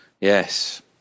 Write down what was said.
yes